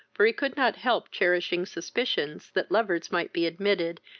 for he could not help cherishing suspicions that lovers might be admitted,